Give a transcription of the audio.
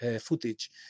footage